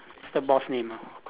what's the boss name ah